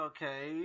Okay